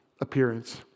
appearance